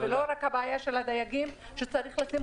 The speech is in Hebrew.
ולא רק הבעיה של הדייגים שצריך לשים